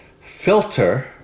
filter